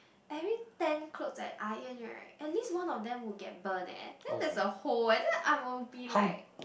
every ten clothes I iron right at least one of them would get burnt eh then there is a hole eh and then I will be like